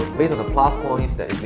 based on the plus points that